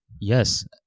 Yes